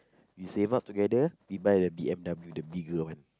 we save up together we buy the b_m_w the bigger one